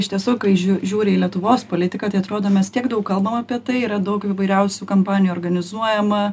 iš tiesų kai žiū žiūri į lietuvos politiką tai atrodo mes tiek daug kalbam apie tai yra daug įvairiausių kampanijų organizuojama